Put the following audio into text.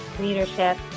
leadership